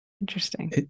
interesting